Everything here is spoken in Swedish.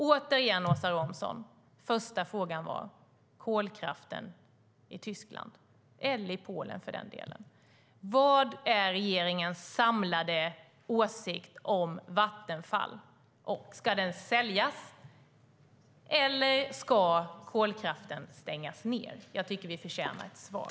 Återigen, Åsa Romson: Första frågan gällde kolkraften i Tyskland, eller för den delen i Polen. Vad är regeringens samlade åsikt om Vattenfall? Ska kolkraften säljas, eller ska den stängas ned? Jag tycker att vi förtjänar ett svar.